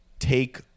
take